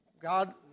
God